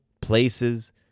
places